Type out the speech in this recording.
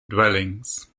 dwellings